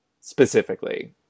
specifically